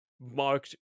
marked